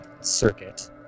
circuit